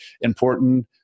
important